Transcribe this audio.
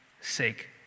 sake